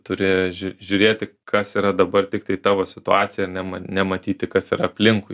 turi žiūrėti kas yra dabar tiktai tavo situacija nematyti kas yra aplinkui